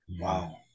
wow